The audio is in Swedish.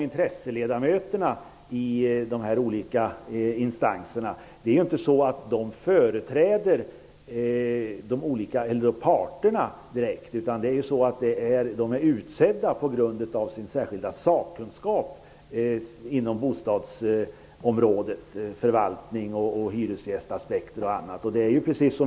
Intresseledamöterna i de olika instanserna företräder inte parterna direkt. De är utsedda på grund av sin särskilda sakkunskap inom bostadsområdet, t.ex. när det gäller förvaltning och hyresgästaspekter.